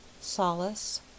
Solace